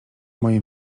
mojej